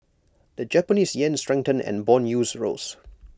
the Japanese Yen strengthened and Bond yields rose